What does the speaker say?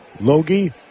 Logie